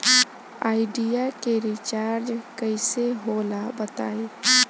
Idea के recharge कइसे होला बताई?